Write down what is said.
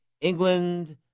England